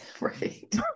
Right